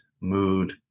mood